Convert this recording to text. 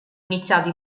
iniziato